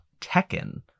Tekken